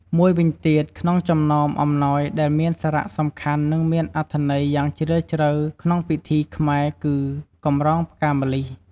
មួយវិញទៀតក្នុងចំណោមអំណោយដែលមានសារសំខាន់និងមានអត្ថន័យយ៉ាងជ្រាលជ្រៅក្នុងពិធីខ្មែរ គឺ កម្រងផ្កាម្លិះ ។